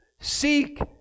Seek